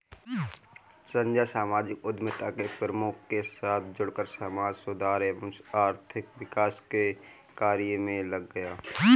संजय सामाजिक उद्यमिता के प्रमुख के साथ जुड़कर समाज सुधार एवं आर्थिक विकास के कार्य मे लग गया